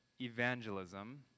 evangelism